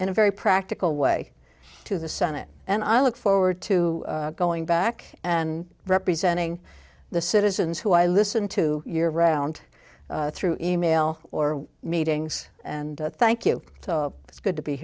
in a very practical way to the senate and i look forward to going back and representing the citizens who i listen to year round through email or meetings and thank you so it's good to be